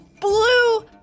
blue